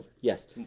Yes